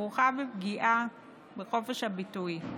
כרוכה בפגיעה בחופש הביטוי.